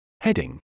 Heading